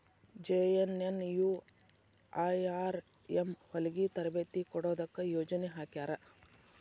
JNNURM ಹೊಲಗಿ ತರಬೇತಿ ಕೊಡೊದಕ್ಕ ಯೊಜನೆ ಹಾಕ್ಯಾರ